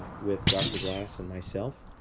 with dr. glass and myself,